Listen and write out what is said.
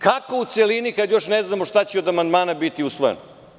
Kako u celini, kad još ne znamo šta će od amandmana biti usvojeno?